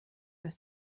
das